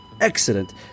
excellent